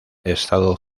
estado